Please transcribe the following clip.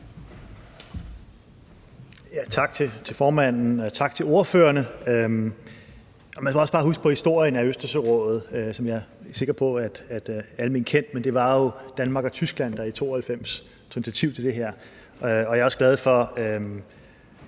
Tak til formanden, og tak til ordførerne. Man skal også bare huske på historien om Østersørådet, som jeg er sikker på er alment kendt, altså at det jo var Danmark og Tyskland, der i 1992 tog initiativ